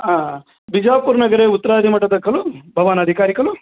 ह बिजापुरनगरे उत्तरादिमठं खलु भवान् अधिकारी खलु